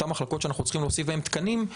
אותן מחלקות שאנחנו צריכים להוסיף בהן תקנים,